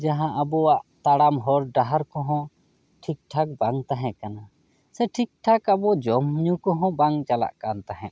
ᱡᱟᱦᱟᱸ ᱟᱵᱚᱣᱟᱜ ᱛᱟᱲᱟᱢ ᱦᱚᱨ ᱰᱟᱦᱟᱨ ᱠᱚᱦᱚᱸ ᱴᱷᱤᱠ ᱴᱷᱟᱠ ᱵᱟᱝ ᱛᱟᱦᱮᱸ ᱠᱟᱱᱟ ᱥᱮ ᱴᱷᱤᱠ ᱴᱷᱟᱠ ᱟᱵᱚ ᱡᱚᱢ ᱧᱩ ᱠᱚᱦᱚᱸ ᱵᱟᱝ ᱪᱟᱞᱟᱜ ᱠᱟᱱ ᱛᱟᱦᱮᱸᱫ